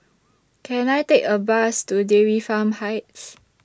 Can I Take A Bus to Dairy Farm Heights